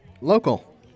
Local